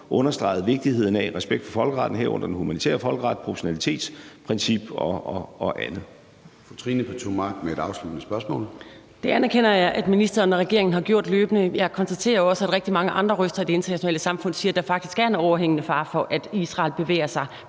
Pertou Mach med et afsluttende spørgsmål. Kl. 13:20 Trine Pertou Mach (EL): Det anerkender jeg at ministeren og regeringen har gjort løbende. Jeg konstaterer jo også, at rigtig mange andre røster i det internationale samfund siger, at der faktisk er en overhængende fare for, at Israel bevæger sig